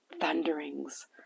thunderings